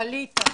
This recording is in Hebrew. תודה.